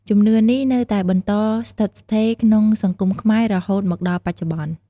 ជំនឿនេះនៅតែបន្តស្ថិតស្ថេរក្នុងសង្គមខ្មែររហូតមកដល់បច្ចុប្បន្ន។